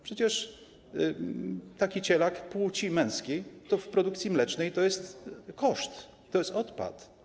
Przecież taki cielak płci męskiej w produkcji mlecznej to koszt, to jest odpad.